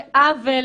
ולכן, זה עוול,